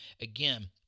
again